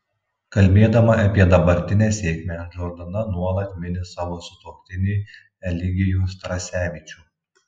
kalbėdama apie dabartinę sėkmę džordana nuolat mini savo sutuoktinį elegijų strasevičių